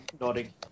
nodding